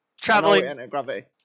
Traveling